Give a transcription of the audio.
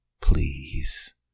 Please